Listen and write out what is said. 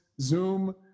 Zoom